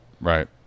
right